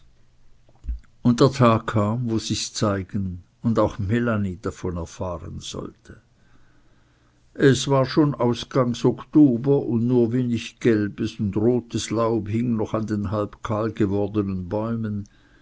und der tag kam wo sich's zeigen und auch melanie davon erfahren sollte es war schon ausgangs oktober und nur wenig gelbes und rotes laub hing noch an den halb kahl gewordenen bäumen